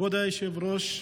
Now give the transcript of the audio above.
כבוד היושב-ראש,